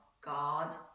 God